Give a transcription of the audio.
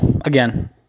again